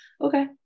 Okay